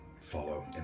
follow